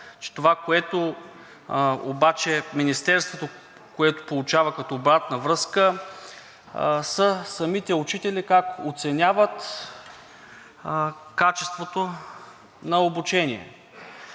че това, което обаче Министерството получава като обратна връзка, е самите учители как оценяват качеството на обучение.